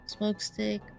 smokestick